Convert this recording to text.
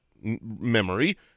memory